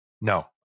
no